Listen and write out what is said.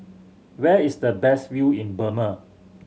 where is the best view in Burma